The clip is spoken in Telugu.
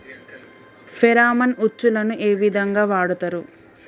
ఫెరామన్ ఉచ్చులకు ఏ విధంగా వాడుతరు?